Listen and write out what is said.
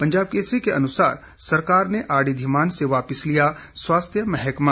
पंजाब केसरी के अनुसार सरकार ने आरडी धीमान से वापस लिया स्वास्थ्य महकमा